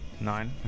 Nine